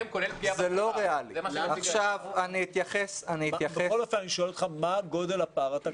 בכל אופן אני שואל אותך, מה גודל הפער התקציבי?